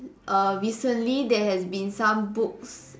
uh recently there has been some books